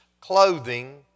clothing